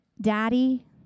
daddy